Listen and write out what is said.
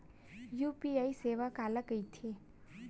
UPI सेवा काला कइथे?